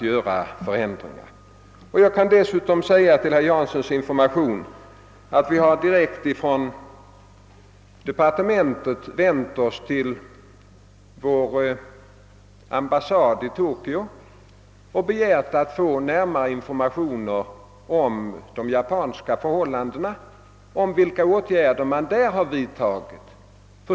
Till herr Janssons information kan jag även säga att vi direkt från departementet har vänt oss till svenska amhassaden i Tokyo och begärt att få närmare informationer om de japanska förhållandena och om vilka åtgärder som där vidtagits.